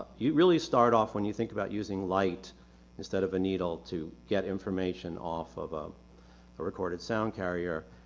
you really start off when you think about using light instead of a needle to get information off of um a recorded sound carrier.